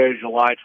July